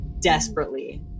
desperately